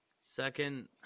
second